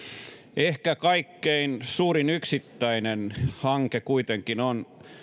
ehkä kaikkein suurin yksittäinen hanke on kuitenkin